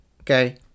Okay